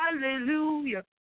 hallelujah